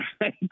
Right